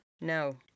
No